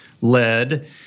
led